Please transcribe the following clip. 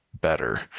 better